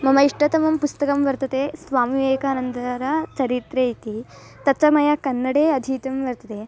मम इष्टतमं पुस्तकं वर्तते स्वामि विवेकानन्दर चरित्रे इति तच्च मया कन्नडे अधीतं वर्तते